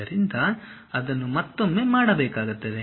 ಆದ್ದರಿಂದ ಅದನ್ನು ಮತ್ತೊಮ್ಮೆ ಮಾಡಬೇಕಾಗುತ್ತದೆ